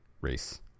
race